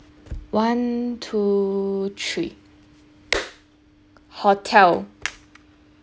one two three hotel